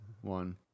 one